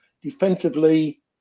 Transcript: Defensively